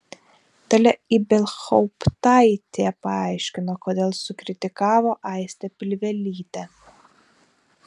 dalia ibelhauptaitė paaiškino kodėl sukritikavo aistę pilvelytę